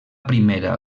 primera